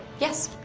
yes?